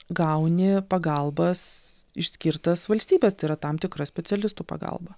gauni pagalbas išskirtas valstybės tai yra tam tikra specialistų pagalba